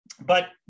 but-